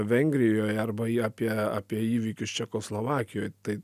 vengrijoje arba apie apie įvykius čekoslovakijoje tai